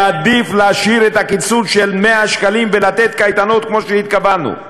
היה עדיף להשאיר את הקיצוץ של 100 שקלים ולתת קייטנות כמו שהתכוונו,